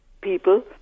people